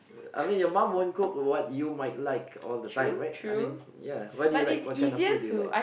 I mean your mum won't cook what you might like all the time right ya I mean ya what do you like what kind of food do you like